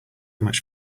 much